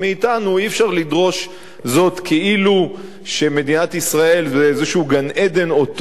אי-אפשר לדרוש זאת כאילו מדינת ישראל זה איזה גן-עדן אוטופי,